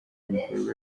ibikorwa